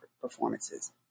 performances